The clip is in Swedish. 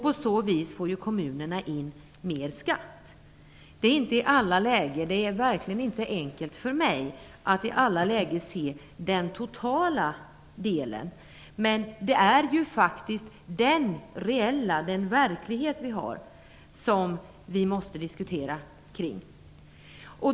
På så vis får kommunerna in mer skatt. Det är verkligen inte lätt för mig att i alla lägen se den totala effekten. Men det är faktiskt den verklighet vi har som vi måste diskutera kring.